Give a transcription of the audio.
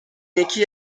یکی